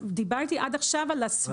דיברתי עד עכשיו על הסביבה.